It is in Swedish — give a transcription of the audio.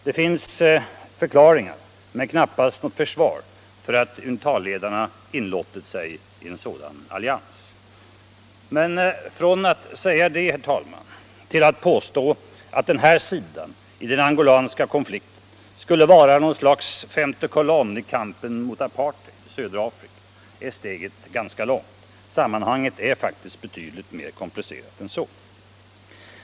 Det finns förklaringar men knappast något försvar för att UNITA-ledarna inlåtit sig i en sådan allians. Men från att säga det till att påstå att den här sidan i den angolanska konflikten skulle vara något slags femtekolonn i kampen mot apartheid i södra Afrika är steget ändå långt. Sammanhangen är betydligt mer komplicerade än så.